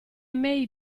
may